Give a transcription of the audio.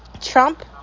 trump